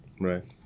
right